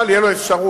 אבל תהיה לו אפשרות